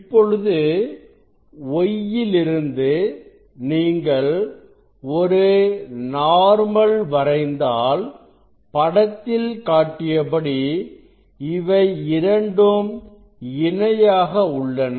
இப்பொழுது y யிலிருந்து நீங்கள் ஒரு நார்மல் வரைந்தால் படத்தில் காட்டியபடி இவை இரண்டும் இணையாக உள்ளன